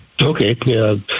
Okay